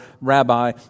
rabbi